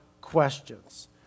questions